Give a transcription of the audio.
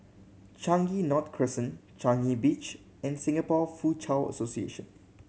Changi North Crescent Changi Beach and Singapore Foochow Association